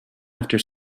after